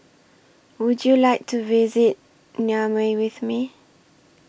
Would YOU like to visit Niamey with Me